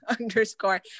underscore